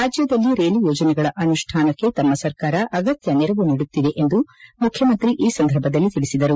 ರಾಜ್ತದಲ್ಲಿ ರೈಲು ಯೋಜನೆಗಳ ಅನುಷ್ಠಾನಕ್ಕೆ ತಮ್ಮ ಸರ್ಕಾರ ಅಗತ್ತ ನೆರವು ನೀಡುತ್ತಿದೆ ಎಂದು ಮುಖ್ಯಮಂತ್ರಿ ಈ ಸಂದರ್ಭದಲ್ಲಿ ತಿಳಿಸಿದರು